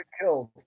killed